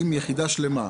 עם יחידה שלמה,